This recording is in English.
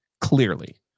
clearly